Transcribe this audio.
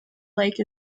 lake